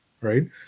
right